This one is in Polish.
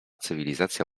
cywilizacja